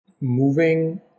moving